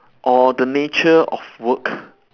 or the nature of work